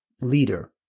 leader